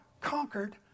conquered